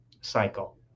cycle